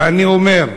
אני אומר: